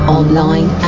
online